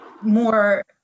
more